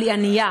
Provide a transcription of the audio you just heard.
אבל היא ענייה.